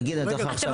נגיד אני אתן לך עכשיו.